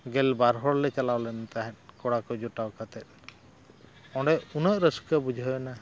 ᱜᱮᱞ ᱵᱟᱨ ᱦᱚᱲᱞᱮ ᱪᱟᱞᱟᱣ ᱞᱮᱱ ᱛᱟᱦᱮᱸᱜ ᱠᱚᱲᱟ ᱠᱚ ᱡᱚᱴᱟᱣ ᱠᱟᱛᱮ ᱚᱸᱰᱮ ᱩᱱᱟᱹᱜ ᱨᱟᱹᱥᱠᱟᱹ ᱵᱩᱡᱷᱟᱹᱣᱮᱱᱟ